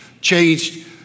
changed